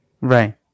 right